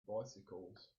bicycles